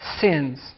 sins